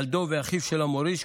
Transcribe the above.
ילדו ואחיו של המוריש,